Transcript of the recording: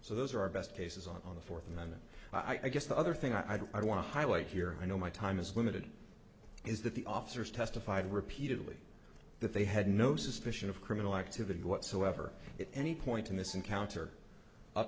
so those are our best cases on the fourth and then i guess the other thing i do i want to highlight here i know my time is limited is that the officers testified repeatedly that they had no suspicion of criminal activity whatsoever if any point in this encounter up